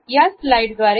ही slide बघा